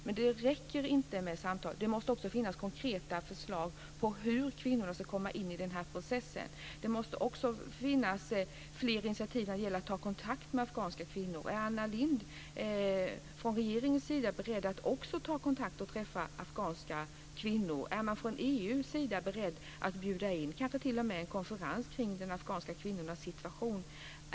Men det räcker inte med samtal, det måste också finnas konkreta förslag på hur kvinnorna ska komma in i den processen. Det måste tas fler initiativ för att komma i kontakt med afghanska kvinnor. Är Anna Lindh från regeringens sida beredd att ta kontakt med och träffa dessa afghanska kvinnor? Är man från EU:s sida beredd att bjuda in kanske t.o.m. till en konferens om de afghanska kvinnornas situation?